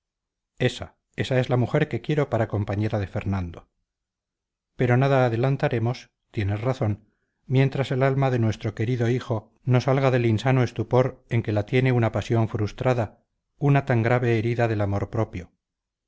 esa esa es la mujer que quiero para compañera de fernando pero nada adelantaremos tienes razón mientras el alma de nuestro querido hijo no salga del insano estupor en que la tiene una pasión frustrada una tan grave herida del amor propio